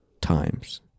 times